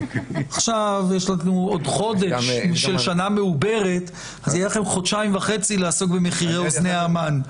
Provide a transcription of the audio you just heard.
עכשיו יהיו לכם חודשיים וחצי לעסוק במחירי אוזני המן...